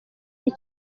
ari